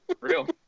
real